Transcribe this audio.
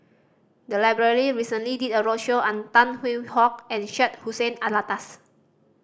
the library recently did a roadshow on Tan Hwee Hock and Syed Hussein Alatas